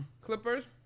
Clippers